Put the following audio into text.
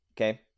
okay